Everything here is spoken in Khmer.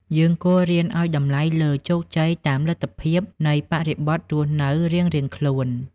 យើងគួររៀនឱ្យតម្លៃលើ "ជោគជ័យតាមលទ្ធភាព" នៃបរិបទរស់នៅរៀងៗខ្លួន។